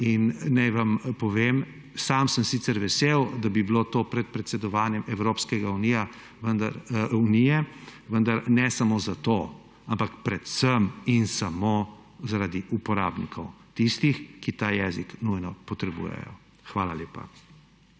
Naj vam povem, sam sem sicer vesel, da bi bilo to pred predsedovanjem Evropske unije, vendar ne samo zato, ampak predvsem in samo zaradi uporabnikov; tistih, ki ta jezik nujno potrebujejo. Hvala lepa.